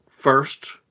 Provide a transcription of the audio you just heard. First